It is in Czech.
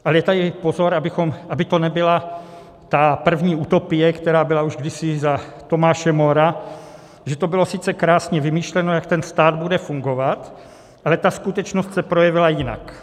Ale tady pozor, aby to nebyla ta první utopie, která byla už kdysi za Tomáše Moora, že to bylo sice krásně vymyšleno, jak ten stát bude fungovat, ale ta skutečnost se projevila jinak.